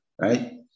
Right